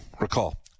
recall